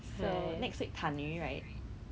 for COVID lah to some extent